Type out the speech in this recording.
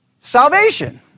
salvation